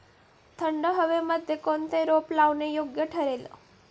थंड हवेमध्ये कोणते रोप लावणे योग्य ठरेल?